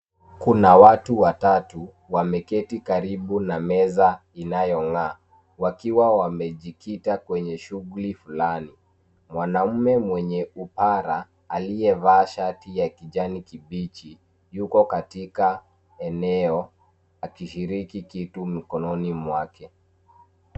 Kuna watu watatu wameketi karibu na meza inayong'aa, wakiwa wamejikita kwenye shughuli fulani. Mwanaume mwenye upara, aliyevaa shati ya kijani kibichi, yuko katika eneo akishiriki kitu mkononi mwake.